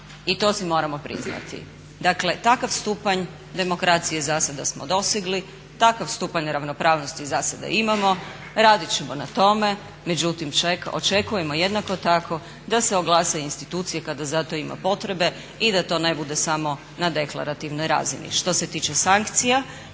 i to si moramo priznati. Dakle, takav stupanj demokracije zasada smo dosegli, takav stupanj ravnopravnosti zasada imamo. Radit ćemo na tome, međutim očekujemo jednako tako da se oglase i institucije kada za to ima potrebe i da to ne bude samo na deklarativnoj razini. Što se tiče sankcija